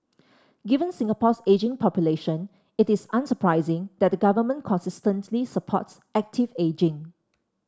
given Singapore's ageing population it is unsurprising that the government consistently supports active ageing